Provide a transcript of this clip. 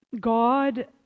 God